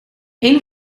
een